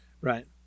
right